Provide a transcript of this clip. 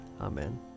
Amen